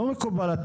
מקובל?